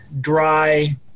dry